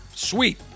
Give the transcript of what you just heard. Sweet